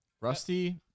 rusty